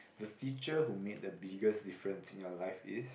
the teacher who made the biggest difference in your life is